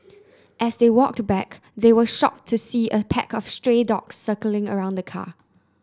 as they walked back they were shocked to see a pack of stray dogs circling around the car